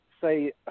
say